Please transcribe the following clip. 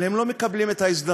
אבל הם לא מקבלים את ההזדמנות,